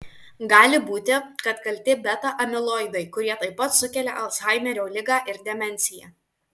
gali būti kad kalti beta amiloidai kurie taip pat sukelia alzheimerio ligą ir demenciją